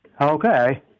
Okay